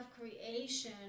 creation